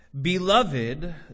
Beloved